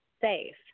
safe